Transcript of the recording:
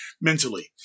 mentally